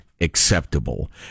acceptable